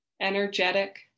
Energetic